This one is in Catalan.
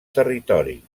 territori